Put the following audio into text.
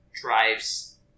drives